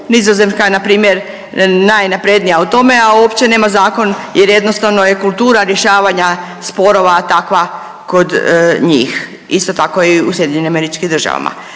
Nizozemska, npr. najnaprednija o tome, a uopće nema zakon jer jednostavno je kultura rješavanja sporova takva kod njih, isto tako je i u SAD-u.